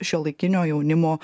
šiuolaikinio jaunimo